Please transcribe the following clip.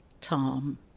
Tom